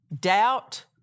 doubt